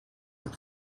een